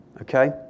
okay